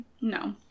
No